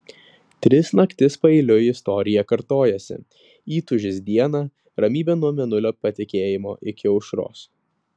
tris naktis paeiliui istorija kartojosi įtūžis dieną ramybė nuo mėnulio patekėjimo iki aušros